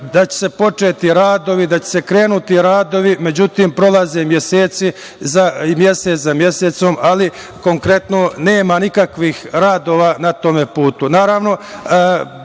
da će početi radovi, da će krenuti radovi. Međutim, prolazi mesec za mesecom, ali konkretno nema nikakvih radova na tom